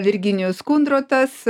virginijus kundrotas